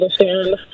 understand